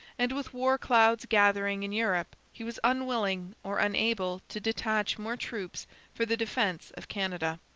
and with war clouds gathering in europe he was unwilling or unable to detach more troops for the defence of canada.